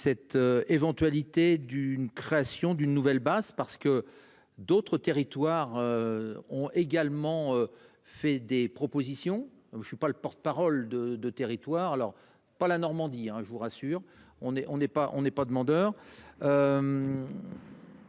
Cette éventualité d'une création d'une nouvelle base parce que d'autres territoires. Ont également fait des propositions, je ne suis pas le porte-, parole de de territoires alors pas la Normandie hein je vous rassure, on est on n'est